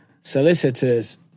solicitors